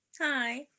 Hi